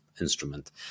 instrument